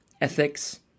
ethics